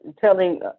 telling